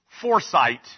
Foresight